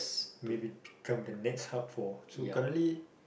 maybe become the next hub for so currently